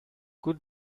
good